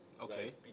Okay